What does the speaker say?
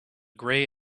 grey